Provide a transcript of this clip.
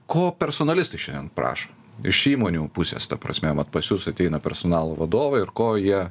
ko personalistai šiandien prašo iš įmonių pusės ta prasme vat pas jus ateina personalo vadovai ir ko jie